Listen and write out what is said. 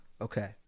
Okay